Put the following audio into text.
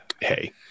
hey